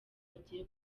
bagiye